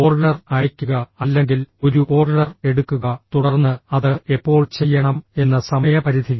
order അയയ്ക്കുക അല്ലെങ്കിൽ ഒരു ഓർഡർ എടുക്കുക തുടർന്ന് അത് എപ്പോൾ ചെയ്യണം എന്ന സമയപരിധി